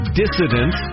dissident